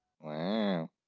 Wow